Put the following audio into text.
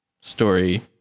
story